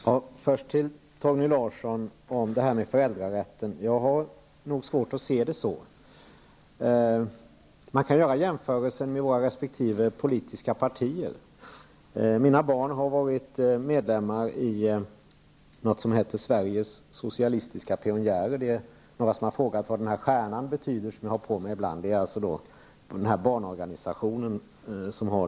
Herr talman! Först vill jag vända mig till Torgny Larsson beträffande föräldrarätten. Jag har svårt att se det på samma sätt. Man kan göra jämförelsen med våra respektive politiska partier. Mina barn har varit medlemmar i något som heter Sveriges socialistiska pionjärer. Det är några som har frågat vad den stjärna som jag ibland har på mig betyder. Det är alltså symbolen för den här barnorganisationen.